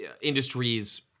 industries